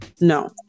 No